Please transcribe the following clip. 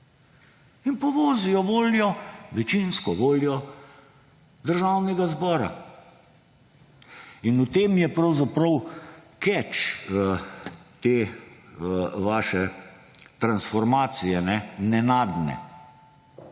in povozijo večinsko voljo Državnega zbora. In v tem je pravzaprav keč te vaše transformacije nenadne.